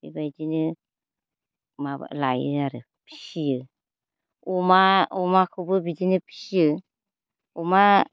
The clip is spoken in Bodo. बेबायदिनो माबा लायो आरो फियो अमा अमाखौबो बिदिनो फियो अमा